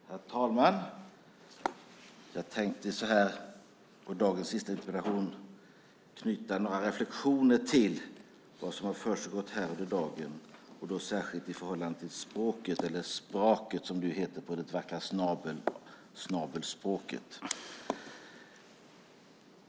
Herr talman! Jag tänkte så här i debatten om dagens sista interpellation knyta några reflexioner till vad som har försiggått under dagen, och då särskilt i förhållande till språket - eller "spraket", som det heter på det vackra snabelspråket.